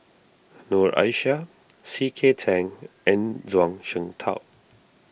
Noor Aishah C K Tang and Zhuang Shengtao